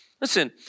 Listen